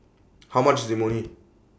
How much IS Imoni